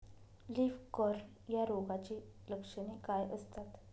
Leaf curl या रोगाची लक्षणे काय असतात?